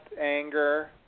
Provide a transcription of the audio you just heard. anger